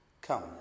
Come